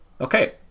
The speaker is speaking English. okay